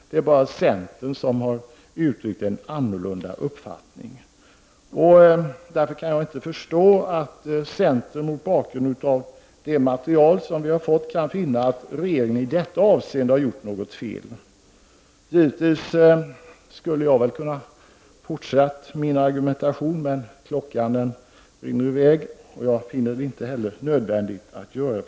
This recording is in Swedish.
Det är bara centern som har uttryckt en annorlunda uppfattning. Jag kan inte förstå att centern mot bakgrund av det material som vi fått kan finna att regeringen i detta avseende har gjort något fel. Jag skulle givetvis kunna fortsätta min argumentation, men tiden den rinner i väg. Jag finner det inte heller nödvändigt att fortsätta.